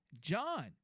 John